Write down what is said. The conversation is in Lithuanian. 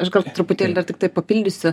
aš gal truputėlį dar tiktai papildysiu